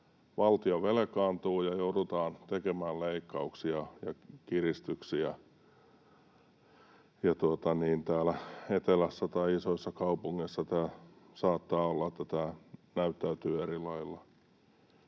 valtio velkaantuu ja joudutaan tekemään leikkauksia ja kiristyksiä, ja täällä etelässä tai isoissa kaupungeissa saattaa olla, että tämä näyttäytyy erilailla.